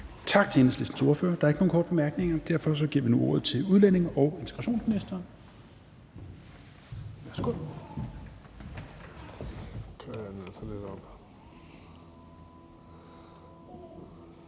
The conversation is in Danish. Tak til Enhedslistens ordfører. Der er ikke nogen korte bemærkninger. Derfor giver vi nu ordet til udlændinge- og integrationsministeren.